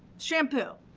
shampoo.